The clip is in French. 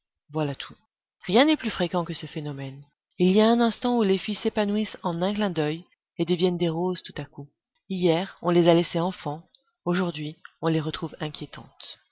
voilà tout rien n'est plus fréquent que ce phénomène il y a un instant où les filles s'épanouissent en un clin d'oeil et deviennent des roses tout à coup hier on les a laissées enfants aujourd'hui on les retrouve inquiétantes